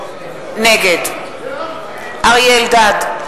נגד אריה אלדד,